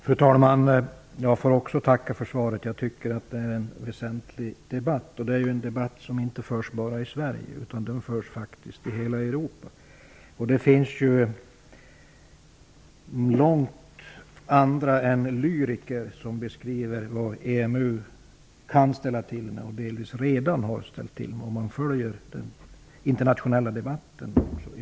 Fru talman! Jag får också tacka för svaret. Detta är en väsentlig debatt. Det är en debatt som inte bara förs i Sverige. Den förs faktiskt i hela Europa. Om man följer den debatt som förs i Europa finner man att det finns andra än lyriker som beskriver vad EMU kan ställa till med och delvis redan har ställt till med.